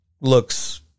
looks